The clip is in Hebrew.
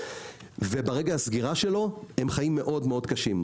וברגע הסגירה הם חיים מאוד קשים.